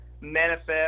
manifest